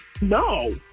No